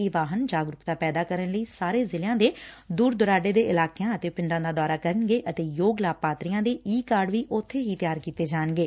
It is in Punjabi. ਇਹ ਵਾਹਨ ਜਾਗਰੂਕਤਾ ਪੈਦਾ ਕਰਨ ਲਈ ਸਾਰੇ ਜ਼ਿਲ੍ਹਿਆਂ ਦੇ ਦੂਰ ਦੁਰਾਡੇ ਦੇ ਇਲਾਕਿਆਂ ਅਤੇ ਪਿੰਡਾਂ ਦਾ ਦੌਰਾ ਕਰਨਗੇ ਅਤੇ ਯੋਗ ਲਾਭਪਾਤਰੀਆਂ ਦੇ ਈ ਕਾਰਡ ਵੀ ਉਬੇ ਹੀ ਤਿੱਆਰ ਕੀਤੇ ਜਾਣਗੇ